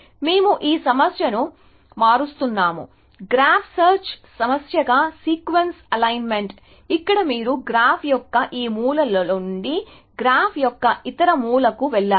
మేము ఈ సమస్యను మారుస్తున్నాము గ్రాఫ్ సెర్చ్ సమస్యగా సీక్వెన్స్ అలైన్మెంట్ ఇక్కడ మీరు గ్రాఫ్ యొక్క ఈ మూలలో నుండి గ్రాఫ్ యొక్క ఇతర మూలకు వెళ్లాలి